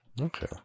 Okay